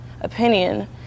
opinion